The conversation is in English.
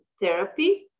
therapy